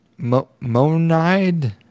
Monide